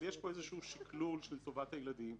יש פה איזשהו שקלול של טובת הילדים,